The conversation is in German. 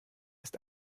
ist